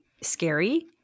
scary